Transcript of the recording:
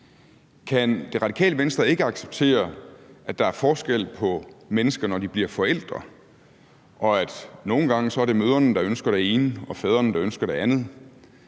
Kan Radikale Venstre ikke acceptere, at der er forskel på mennesker, når de bliver forældre, og at det nogle gange er mødrene, der ønsker det ene, og fædrene, der ønsker det andet?